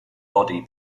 body